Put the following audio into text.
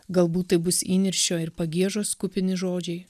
galbūt tai bus įniršio ir pagiežos kupini žodžiai